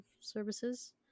Services